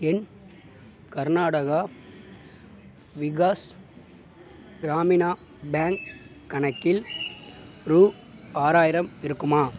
என் Karnataka Vikas Grameena bank கணக்கில் ரூபா ஆறாயிரம் இருக்குமா